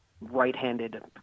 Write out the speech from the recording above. right-handed